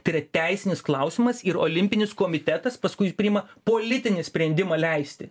tai yra teisinis klausimas ir olimpinis komitetas paskui priima politinį sprendimą leisti